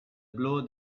blow